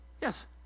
Yes